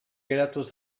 geratu